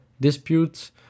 disputes